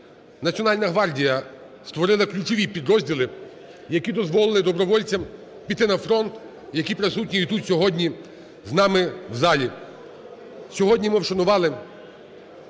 Національна гвардія створила ключові підрозділи, які дозволили добровольцям піти на фронт, які присутні і тут сьогодні з нами в залі.